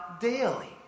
daily